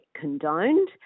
condoned